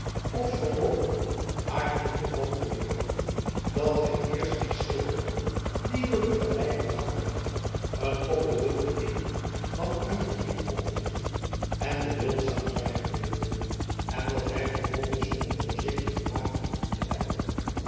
zoo mogelijk haar in den val te weerhouden dat hij eerst dien schreeuw gaf die door de vallei weergalmende een koppel wilde eenden van uit het riet opvliegen en den wildzang zwijgen deed en dat hij vervolgens de onvoorzichtige maagd te gemoet ijlde